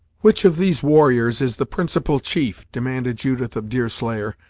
which of these warriors is the principal chief? demanded judith of deerslayer,